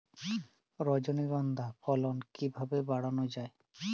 রজনীগন্ধা ফলন কিভাবে বাড়ানো যায়?